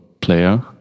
player